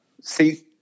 see